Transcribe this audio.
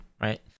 right